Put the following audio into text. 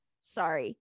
Sorry